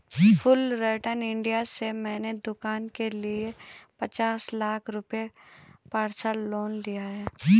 Fullerton India से मैंने दूकान के लिए पचीस लाख रुपये का पर्सनल लोन लिया है